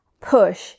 push